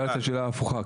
נשאל את השאלה ההפוכה,